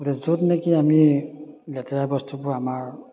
গতিকে য'ত নেকি আমি লেতেৰা বস্তুবোৰ আমাৰ